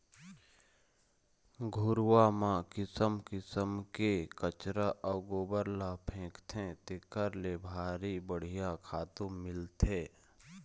घुरूवा म किसम किसम के कचरा अउ गोबर ल फेकथे तेखर ले भारी बड़िहा खातू मिलथे